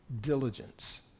diligence